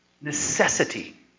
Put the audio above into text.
necessity